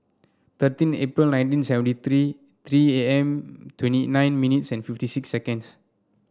thirteen April nineteen seventy three three A M twenty nine minutes and fifty six seconds